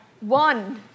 One